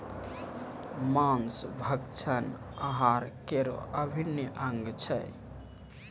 मांस भक्षण आहार केरो अभिन्न अंग छिकै